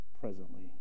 presently